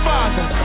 Father